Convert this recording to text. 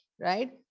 right